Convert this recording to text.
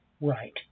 right